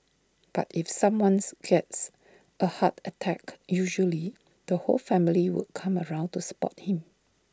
but if someone's gets A heart attack usually the whole family would come around to support him